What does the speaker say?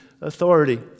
authority